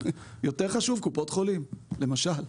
יותר חשוב קופות חולים, למשל.